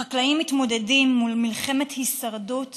החקלאים מתמודדים מול מלחמת הישרדות יומיומית.